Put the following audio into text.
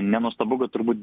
nenuostabu kad turbūt